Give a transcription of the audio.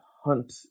hunt